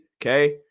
okay